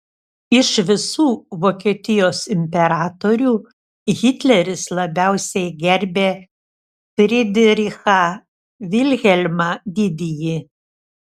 iš visų vokietijos imperatorių hitleris labiausiai gerbė fridrichą vilhelmą didįjį